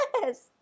yes